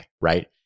right